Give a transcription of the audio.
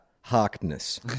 Harkness